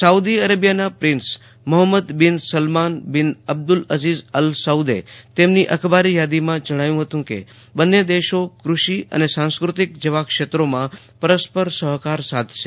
Saudi Arabia નાં prince Mohammed bin Salman bin Abdul Aziz Al Saud તેમની અખબાર યાદીમાં જણાવ્યું ફતું કે બને દેશો કૃષિ અને સાંસ્કૃતિક જેવા ક્ષેત્રોમા પરસ્પર સફકાર સાધશે